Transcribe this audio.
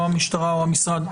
או המשטרה או המשרד,